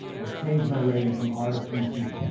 i've changed my rating from r to pg.